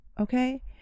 Okay